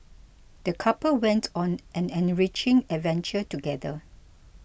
the couple went on an enriching adventure together